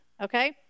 okay